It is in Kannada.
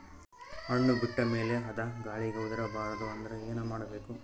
ಹಣ್ಣು ಬಿಟ್ಟ ಮೇಲೆ ಅದ ಗಾಳಿಗ ಉದರಿಬೀಳಬಾರದು ಅಂದ್ರ ಏನ ಮಾಡಬೇಕು?